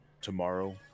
Tomorrow